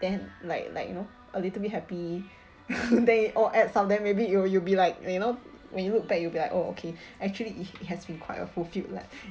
then like like you know a little bit happy then or at sometime maybe you will you will be like you know when you look back you'll be like oh okay actually it it has been quite a fulfilled life